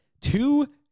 Two